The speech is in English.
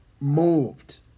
moved